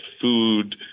food